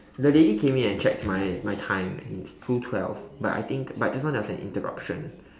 the lady came in and checked my my time and it's two twelve but I think but just now there was an interruption